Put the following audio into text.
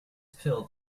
pill